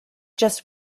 just